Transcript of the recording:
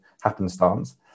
happenstance